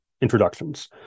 introductions